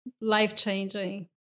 life-changing